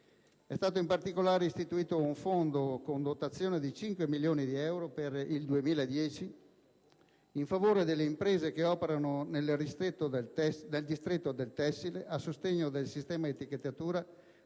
asiatico. In particolare, è stato istituito un fondo con dotazione di 5 milioni di euro per il 2010 in favore delle imprese che operano nel distretto del tessile, a sostegno del sistema di etichettatura